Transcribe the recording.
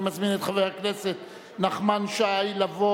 אני מזמין את חבר הכנסת נחמן שי לבוא